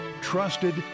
Trusted